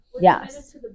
Yes